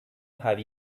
have